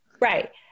Right